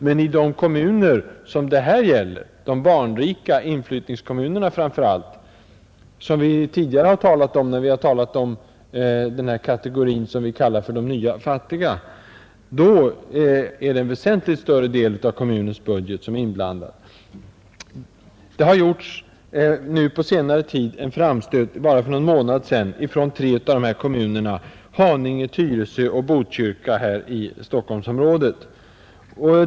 Men i de kommuner som det här gäller, framför allt de barnrika inflyttningskommunerna som vi tidigare har talat om när vi var inne på frågan om ”de nya fattiga”, uppgår dessa kostnader till en väsentligt större del av kommunens budget. För någon månad sedan gjordes en framstöt från tre av dessa kommuner, Haninge, Tyresö och Botkyrka i Stockholmsområdet.